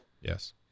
Yes